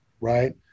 Right